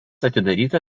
atidaryta